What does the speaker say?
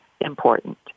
important